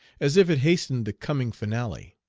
as if it hastened the coming finale!